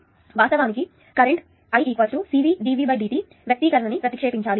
వాస్తవానికి ఈ కరెంట్ ఈ I CVdVdt వ్యక్తీకరణ ని ప్రతిక్షేపించాలి